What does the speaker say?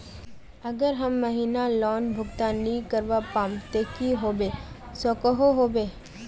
अगर हर महीना लोन भुगतान नी करवा पाम ते की होबे सकोहो होबे?